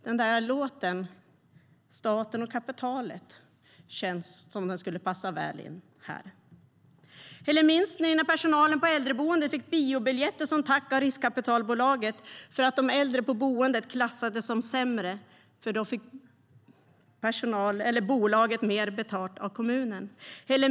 Det känns som om låten Staten och kapitalet skulle passa väl in här. Minns ni när personalen på äldreboendet fick biobiljetter som tack av riskkapitalbolaget för att de äldre på boendet klassades som sämre? Då fick nämligen bolaget mer betalt av kommunen.